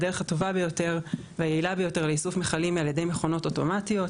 הדרך הטובה ביותר והיעילה ביותר לאיסוף מכלים על ידי מכונות אוטומטיות,